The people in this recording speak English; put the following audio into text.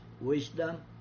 wisdom